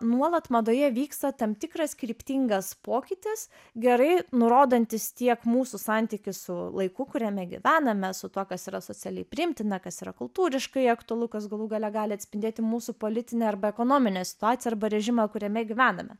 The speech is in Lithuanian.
nuolat madoje vyksta tam tikras kryptingas pokytis gerai nurodantis tiek mūsų santykį su laiku kuriame gyvename su tuo kas yra socialiai priimtina kas yra kultūriškai aktualu kas galų gale gali atspindėti mūsų politinę arba ekonominę situaciją arba režimą kuriame gyvename